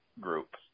Group